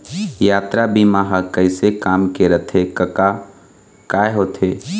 यातरा बीमा ह कइसे काम के रथे कका काय होथे?